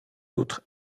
autres